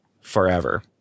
forever